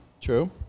true